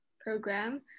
program